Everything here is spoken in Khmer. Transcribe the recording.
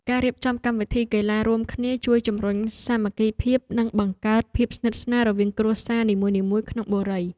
ការរៀបចំកម្មវិធីកីឡារួមគ្នាជួយជម្រុញសាមគ្គីភាពនិងបង្កើតភាពស្និទ្ធស្នាលរវាងគ្រួសារនីមួយៗក្នុងបុរី។